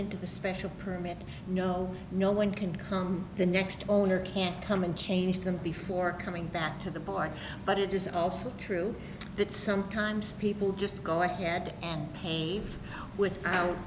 into the special permit no no one can come the next owner can't come and change them before coming back to the board but it is also true that sometimes people just go ahead and pay with out